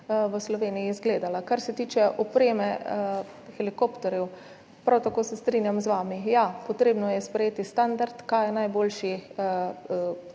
v Sloveniji izgledala. Kar se tiče opreme helikopterjev, se prav tako se strinjam z vami, ja, potrebno je sprejeti standard, kateri je najboljši